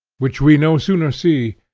which we no sooner see,